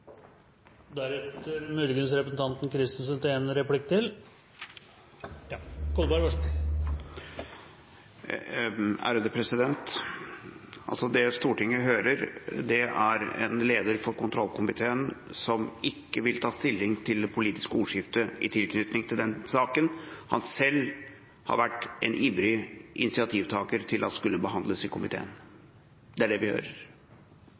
Det Stortinget hører, er en leder for kontrollkomiteen som ikke vil ta stilling til det politiske ordskiftet knyttet til den saken som han selv har vært en ivrig initiativtaker til at skulle behandles i komiteen. Det er det vi hører.